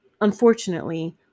Unfortunately